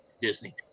Disney